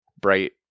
bright